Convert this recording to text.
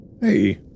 Hey